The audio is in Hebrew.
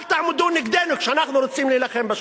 אל תעמדו נגדנו כשאנחנו רוצים להילחם בשחיתות.